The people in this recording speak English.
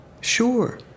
Sure